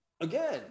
again